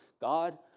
God